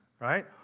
right